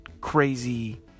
crazy